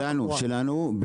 שלנו, שלנו.